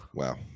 wow